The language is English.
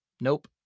nope